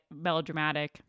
melodramatic